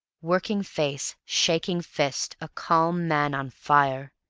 working face shaking fist a calm man on fire.